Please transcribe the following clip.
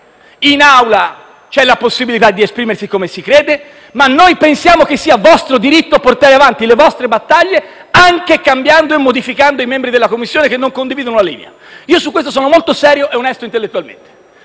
in Aula c'è la possibilità di esprimersi come si crede, ma noi pensiamo che sia vostro diritto portare avanti le vostre battaglie anche cambiando e modificando i membri della Commissione che non condividono la linea. Io su questo sono molto serio e onesto intellettualmente.